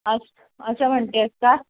असं असं म्हणते आहेस का